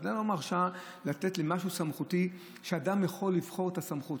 המדינה לא מרשה שבמשהו סמכותי אדם יכול לבחור את הסמכות.